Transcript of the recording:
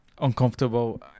uncomfortable